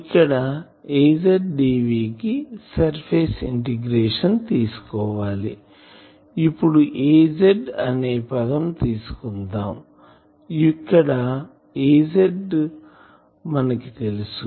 ఇక్కడ Az dv కి surface integration తీసుకోవాలి ఇప్పుడు Az అనే పదం తీసుకుందాం ఇక్కడ Az మనకి తెలుసు